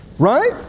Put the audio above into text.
Right